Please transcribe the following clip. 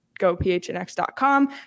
gophnx.com